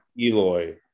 Eloy